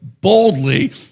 boldly